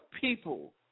people